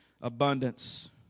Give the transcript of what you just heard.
abundance